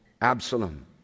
Absalom